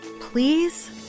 please